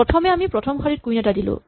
প্ৰথমে আমি প্ৰথম শাৰীত কুইন এটা দিলো